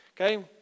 okay